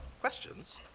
questions